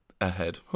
ahead